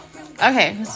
Okay